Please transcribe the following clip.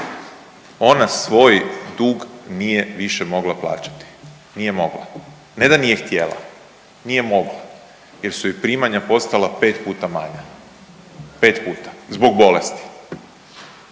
Ona svoj dug nije više mogla plaćati, nije mogla, ne da nije htjela, nije mogla jer su joj primanja postala 5 puta manja. 5 puta zbog bolesti.